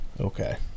Okay